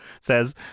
says